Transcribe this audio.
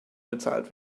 bezahlt